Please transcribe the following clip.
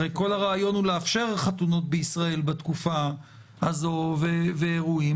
הרי כל הרעיון הוא לאפשר חתונות בישראל בתקופה הזו ואירועים.